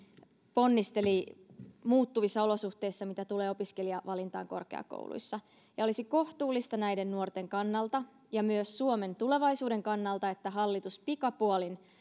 ponnisteli muuttuvissa olosuhteissa mitä tulee opiskelijavalintaan korkeakouluissa olisi kohtuullista näiden nuorten kannalta ja myös suomen tulevaisuuden kannalta että hallitus pikapuolin